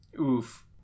oof